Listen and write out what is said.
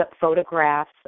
photographs